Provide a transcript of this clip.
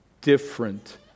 different